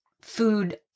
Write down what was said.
food